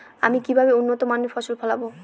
আমি কিভাবে উন্নত মানের ফসল ফলাবো?